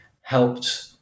helped